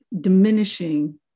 diminishing